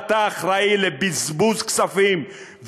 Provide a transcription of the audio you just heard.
אתה אחראי לבזבוז כספים,